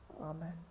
Amen